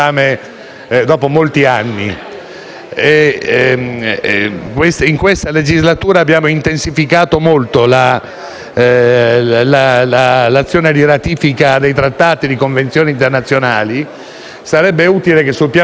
In questa legislatura abbiamo intensificato molto l'azione di ratifica dei trattati e delle convenzioni internazionali. Sarebbe utile che sul piano metodologico - e non è tanto un problema